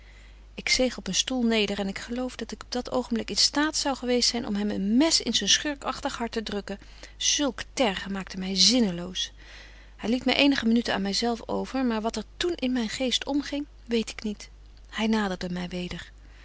ik zeeg op een stoel neder en ik geloof dat ik op dat oogenblik in staat zou geweest zyn om hem een mes in zyn schurkagtig hart te drukken zulk tergen maakte my zinneloos hy liet my eenige minuten aan my zelf over maar wat er toen in myn geest omging weet ik niet hy naderde my weder